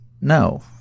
no